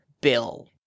bill